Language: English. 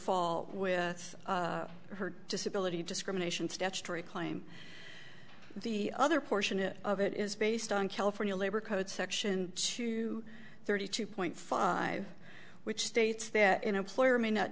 fall with her disability discrimination statutory claim the other portion of it is based on california labor code section two thirty two point five which states that in employer may not